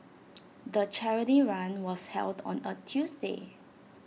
the charity run was held on A Tuesday